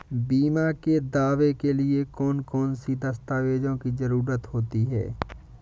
बीमा के दावे के लिए कौन कौन सी दस्तावेजों की जरूरत होती है?